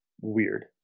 weird